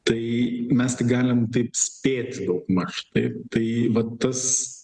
tai mes tik galim taip spėti daugmaž taip tai va tas